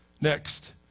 Next